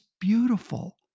beautiful